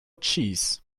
cheese